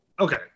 okay